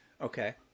Okay